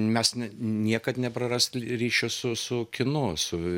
mes niekad neprarast ryšio su su kinu su